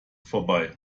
vorbei